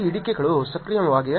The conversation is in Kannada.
ಈ ಹಿಡಿಕೆಗಳು ಸಕ್ರಿಯವಾಗಿವೆ